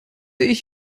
ich